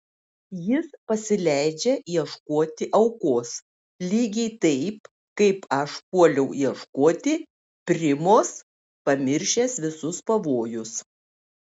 jis pasileidžia ieškoti aukos lygiai taip kaip aš puoliau ieškoti primos pamiršęs visus pavojus